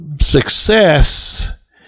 success